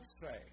say